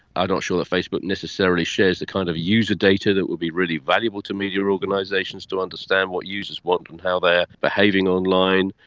i'm not sure that facebook necessarily shares the kind of user data that would be really valuable to media organisations to understand what users want and how they are behaving online,